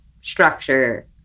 structure